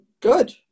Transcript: good